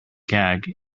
gag